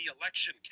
election